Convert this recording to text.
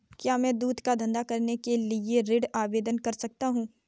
क्या मैं दूध का धंधा करने के लिए ऋण आवेदन कर सकता हूँ?